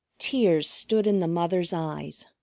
tears stood in the mother's eyes.